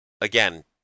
Again